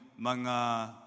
mga